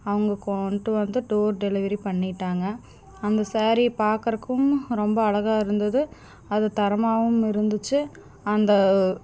அவங்க கொண்டு வந்து டோர் டெலிவெரி பண்ணிட்டாங்க அந்த சேரீ பார்க்கறக்கும் ரொம்ப அழகா இருந்தது அது தரமாகவும் இருந்துச்சு அந்த